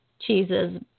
cheeses